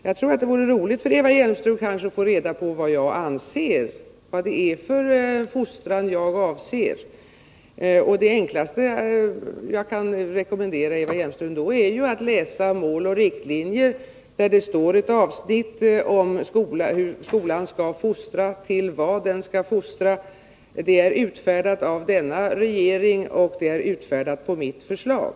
Jag tror att det kunde vara roligt för Eva Hjelmström att få reda på vad det är för fostran som jag avser. Det enklaste jag då kan rekommendera Eva Hjelmström är att läsa Mål och riktlinjer. Där finns ett avsnitt om hur skolan skall fostra och till vad. Dessa riktlinjer är utfärdade av den nuvarande regeringen på mitt förslag.